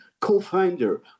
co-founder